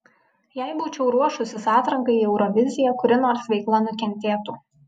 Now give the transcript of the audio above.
jei būčiau ruošusis atrankai į euroviziją kuri nors veikla nukentėtų